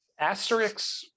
Asterix